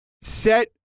set